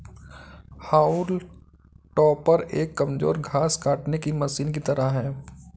हाउल टॉपर एक कमजोर घास काटने की मशीन की तरह है